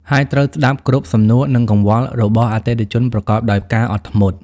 ហើយត្រូវស្តាប់គ្រប់សំណួរ និងកង្វល់របស់អតិថិជនប្រកបដោយការអត់ធ្មត់។